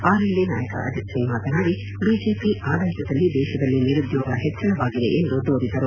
RLD ನಾಯಕ ಅಜಿತ್ ಸಿಂಗ್ ಮಾತನಾಡಿ BJP ಆಡಳಿತದಲ್ಲಿ ದೇಶದಲ್ಲಿ ನಿರುದ್ದೋಗ ಹೆಚ್ಚಳಗೊಂಡಿದೆ ಎಂದು ದೂರಿದರು